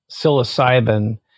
psilocybin